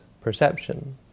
perception